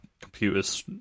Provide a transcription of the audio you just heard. computers